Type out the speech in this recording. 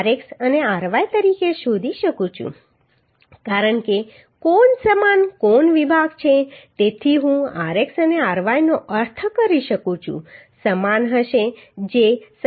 2 rx અને ry તરીકે શોધી શકું છું કારણ કે તે કોણ સમાન કોણ વિભાગ છે તેથી હું rx અને ry નો અર્થ કરી શકું છું સમાન હશે જે 27